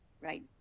right